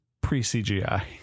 Pre-CGI